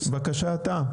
בבקשה אתה.